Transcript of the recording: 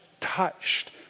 touched